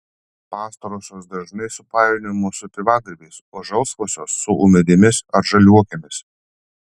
pastarosios dažnai supainiojamos su pievagrybiais o žalsvosios su ūmėdėmis ar žaliuokėmis